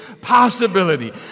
possibility